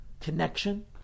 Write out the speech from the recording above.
connection